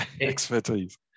expertise